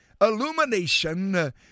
illumination